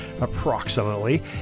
approximately